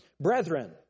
Brethren